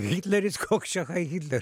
hitleris koks čia hai hitler